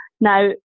Now